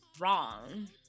Wrong